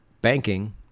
banking